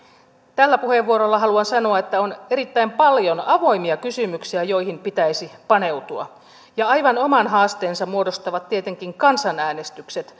tällä puheenvuorolla haluan sanoa että on erittäin paljon avoimia kysymyksiä joihin pitäisi paneutua ja aivan oman haasteensa muodostavat tietenkin kansanäänestykset